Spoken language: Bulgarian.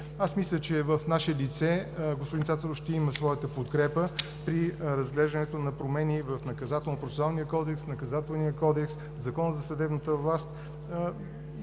Мисля, че в наше лице господин Цацаров ще има подкрепа при разглеждането на промени в Наказателнопроцесуалния кодекс, в Наказателния кодекс, в Закона за съдебната власт